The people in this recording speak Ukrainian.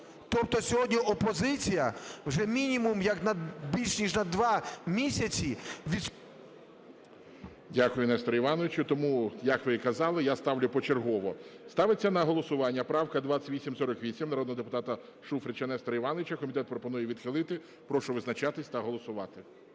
Тобто сьогодні опозиція вже мінімум як більш ніж на два місяці… ГОЛОВУЮЧИЙ. Дякую, Несторе Івановичу. Тому, як ви і казали, я ставлю почергово. Ставиться на голосування правка 2848 народного депутата Шуфрича Нестора Івановича. Комітет пропонує відхилити. Прошу визначатись та голосувати.